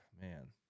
man